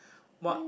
what